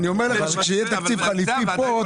כשיהיה תקציב חליפי פה,